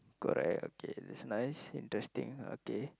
correct okay that's nice interesting okay